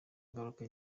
ingaruka